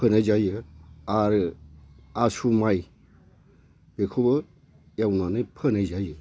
फोनाय जायो आरो आसु माइ बेखौबो एवनानै फोनाय जायो